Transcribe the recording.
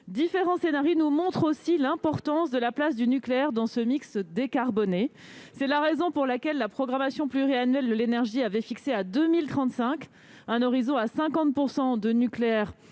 Différents scenarii nous montrent aussi l'importance de la place du nucléaire dans ce mix décarboné. C'est la raison pour laquelle la programmation pluriannuelle de l'énergie avait fixé, pour 2035, un horizon de 50 % de nucléaire